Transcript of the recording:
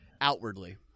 outwardly